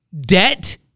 debt